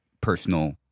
personal